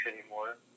anymore